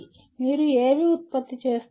మీరు ఏమి ఉత్పత్తి చేస్తారు